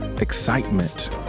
excitement